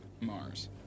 Mars